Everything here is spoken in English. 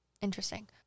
interesting